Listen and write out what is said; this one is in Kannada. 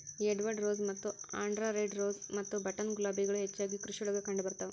ಎಡ್ವರ್ಡ್ ರೋಸ್ ಮತ್ತ ಆಂಡ್ರಾ ರೆಡ್ ರೋಸ್ ಮತ್ತ ಬಟನ್ ಗುಲಾಬಿಗಳು ಹೆಚ್ಚಾಗಿ ಕೃಷಿಯೊಳಗ ಕಂಡಬರ್ತಾವ